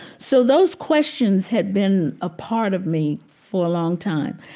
so those questions had been a part of me for a long time.